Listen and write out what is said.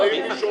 להיפך, רק תיקנו